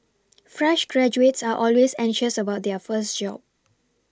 fresh graduates are always anxious about their first job